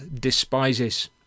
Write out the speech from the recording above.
despises